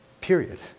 Period